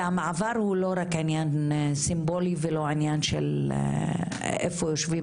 והמעבר הוא לא רק עניין סימבולי ולא עניין של איפה יושבים